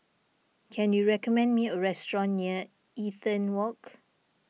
can you recommend me a restaurant near Eaton Walk